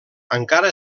encara